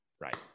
Right